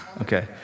Okay